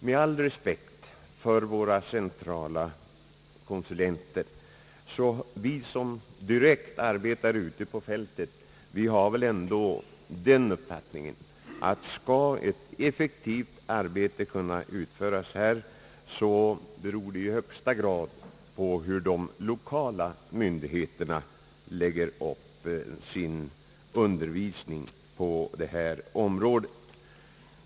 Med all respekt för våra centrala konsulenter måste jag säga att vi, som direkt arbetar ute på fältet, ändå har den uppfattningen, att om ett effektivt arbete här skall kunna utföras beror det i högsta grad på hur de lokala myndigheterna lägger upp sin undervisning på detta område.